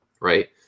right